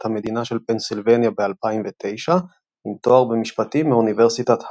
המדינה של פנסילבניה ב-2009 עם תואר במשפטים מאוניברסיטת הווארד.